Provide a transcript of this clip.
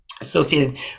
associated